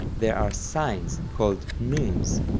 there are signs, called neumes.